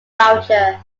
boucher